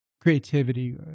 creativity